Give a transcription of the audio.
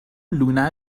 لونه